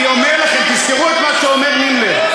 אני אומר לכם, תזכרו את מה שאומר נימלר.